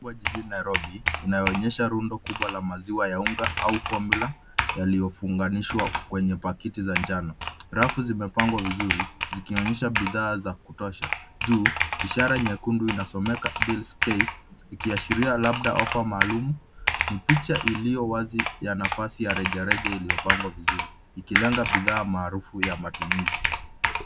Jijini Nairobi inayoonyesha rundu kubwa la maziwa ya unga au formula yaliyofunganishwa kwenye pakiti za njano, rafu zimepangwa vizuri zikionyesha bidhaa za kutosha juu ishara nyekundu inasomeka Deals K ikiashiria labda ofa maalum, Ni picha iliyo wazi ya nafasi ya rejareja iliyopangwa vizuri ikilenga bidhaa maarufu ya matumizi.